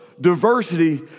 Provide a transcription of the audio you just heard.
diversity